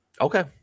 okay